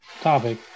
topic